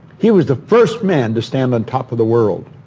he was the first man to stand on top of the world,